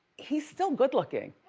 he's still good-looking.